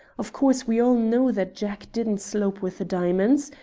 of course, we all know that jack didn't slope with the diamonds.